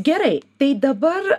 gerai tai dabar